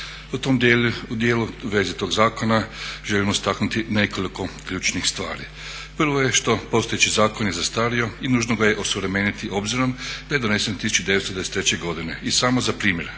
U tom dijelu, u vezi tog zakona želimo istaknuti nekoliko ključnih stvari. Prvo je što postojeći zakon je zastario i nužno ga je osuvremeniti obzirom da je donesen 1993. godine. I samo za primjer,